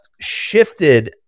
shifted